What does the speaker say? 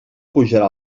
pujarà